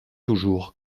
toujours